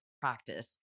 practice